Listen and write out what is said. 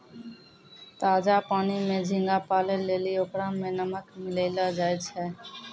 ताजा पानी में झींगा पालै लेली ओकरा में नमक मिलैलोॅ जाय छै